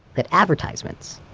that advertisements,